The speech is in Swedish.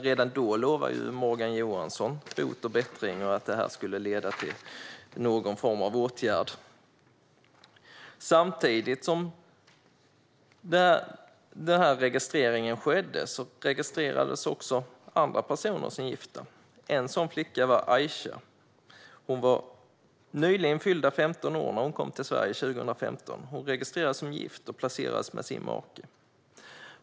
Redan då lovade Morgan Johansson bot och bättring och att detta skulle leda till någon form av åtgärd. Samtidigt som den registreringen skedde registrerades även andra personer som gifta. En sådan flicka var Aisha. Hon hade nyligen fyllt 15 år när hon kom till Sverige 2015, och hon registrerades som gift och placerades med sin make.